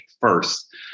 first